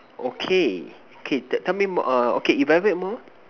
okay K tell me more err okay elaborate more